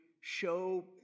show